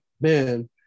man